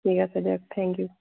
ঠিক আছে দিয়ক থেংক ইউ